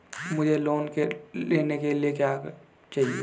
मुझे लोन लेने के लिए क्या चाहिए?